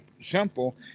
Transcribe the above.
simple